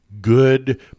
good